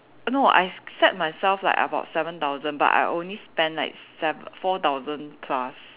no I set myself like about seven thousand but I only spend like sev~ four thousand plus